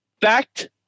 Fact